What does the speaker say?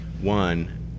One